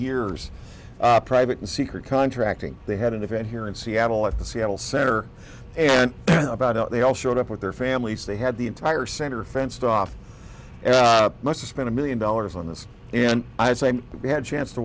years private and secret contracting they had an event here in seattle at the seattle center and about how they all showed up with their families they had the entire center fenced off must spend a million dollars on this and i say we had chance to